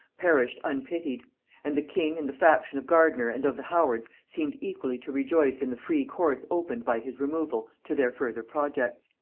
perished unpitied and the king and the faction of gardiner and of the howards seemed equally to rejoice in the free course opened by his removal to their further projects.